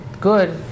good